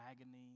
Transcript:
agony